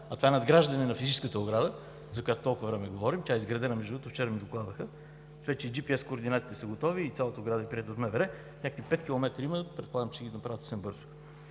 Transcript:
това е надграждане на физическата ограда, за която толкова време говорим. Тя е изградена между другото. Вчера ми докладваха, че вече GPS координатите са готови и цялата ограда е приета от МВР и има някакви 5 км, но предполагам, че ще ги направят съвсем бързо,